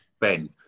Ben